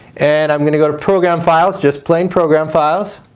and i'm going to go to program files just plain program files,